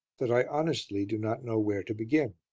that i honestly do not know where to begin.